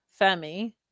Femi